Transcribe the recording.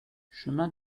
chemin